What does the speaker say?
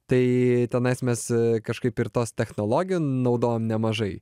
tai tenais mes kažkaip ir tos technologijų naudojam nemažai